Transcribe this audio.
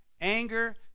anger